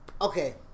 okay